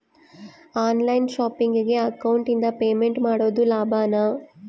On line ಶಾಪಿಂಗಿಗೆ ಅಕೌಂಟಿಂದ payment ಮಾಡೋದು ಲಾಭಾನ?